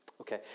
Okay